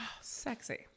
Sexy